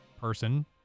person